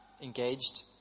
engaged